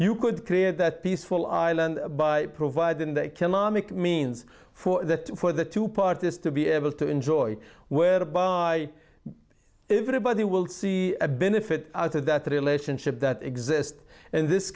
you could clear that peaceful island by providing the means for that for the two parties to be able to enjoy where i if anybody will see a benefit out of that relationship that exist in this